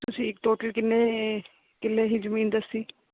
ਤੁਸੀਂ ਟੋਟਲ ਕਿੰਨੇ ਕਿੱਲੇ ਦੀ ਜਮੀਨ ਦੱਸੀ